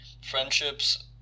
friendships